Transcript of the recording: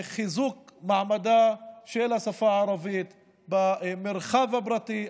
לחיזוק מעמדה של השפה הערבית במרחב הפרטי,